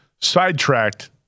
sidetracked